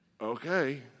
okay